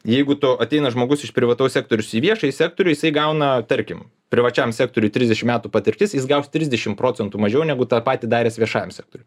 jeigu tu ateina žmogus iš privataus sektoriaus į viešąjį sektorių jisai gauna tarkim privačiam sektoriui trisdešimt metų patirtis jis gaus trisdešimt procentų mažiau negu tą patį daręs viešajam sektoriui